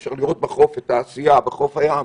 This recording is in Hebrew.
אפשר לראות בחוף את העשייה, בחוף הים,